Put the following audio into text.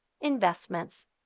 investments